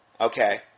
okay